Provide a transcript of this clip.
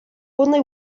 only